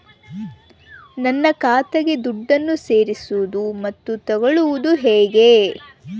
ನನ್ನ ಖಾತೆಗೆ ದುಡ್ಡನ್ನು ಸೇರಿಸೋದು ಮತ್ತೆ ತಗೊಳ್ಳೋದು ಹೇಗೆ?